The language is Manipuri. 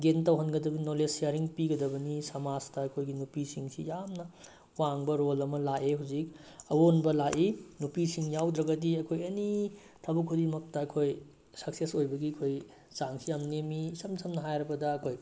ꯒꯦꯟ ꯇꯧꯍꯟꯒꯗꯝ ꯅꯣꯂꯦꯖ ꯁꯤꯌꯥꯔꯤꯡ ꯄꯤꯒꯗꯕꯅꯤ ꯁꯥꯃꯥꯖꯇ ꯑꯩꯈꯣꯏꯒꯤ ꯅꯨꯄꯤꯁꯤꯡꯁꯤ ꯌꯥꯝꯅ ꯋꯥꯡꯕ ꯔꯣꯜ ꯑꯃ ꯂꯥꯛꯑꯦ ꯍꯧꯖꯤꯛ ꯑꯩꯑꯣꯟꯕ ꯂꯥꯏ ꯅꯨꯄꯤꯁꯤꯡ ꯌꯥꯎꯗ꯭ꯔꯒꯗꯤ ꯑꯩꯈꯣꯏ ꯑꯦꯅꯤ ꯊꯕꯛ ꯈꯨꯗꯤꯡꯃꯛꯇ ꯑꯩꯈꯣꯏ ꯁꯛꯁꯦꯁ ꯑꯣꯏꯕꯒꯤ ꯑꯩꯈꯣꯏ ꯆꯥꯡꯁꯤ ꯌꯥꯝ ꯅꯦꯝꯃꯤ ꯏꯁꯝ ꯁꯝꯅ ꯍꯥꯏꯔꯕꯗ ꯑꯩꯈꯣꯏ